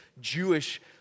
Jewish